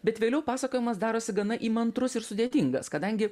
bet vėliau pasakojimas darosi gana įmantrus ir sudėtingas kadangi